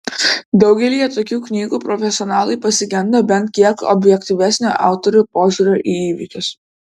daugelyje tokių knygų profesionalai pasigenda bent kiek objektyvesnio autorių požiūrio į įvykius